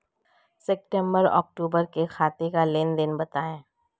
सितंबर अक्तूबर का खाते का लेनदेन बताएं